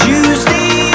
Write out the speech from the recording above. Tuesday